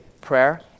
prayer